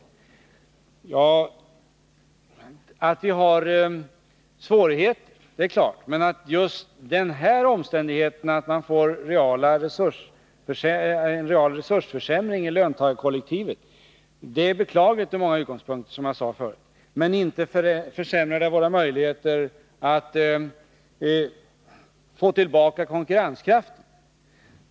Det är klart att vi har svårigheter, men just den här omständigheten, att man får en real resursförsämring i löntagarkollektivet, är som sagt beklaglig från många utgångspunkter. Men det försämrar inte våra möjligheter att få tillbaka konkurrenskraften.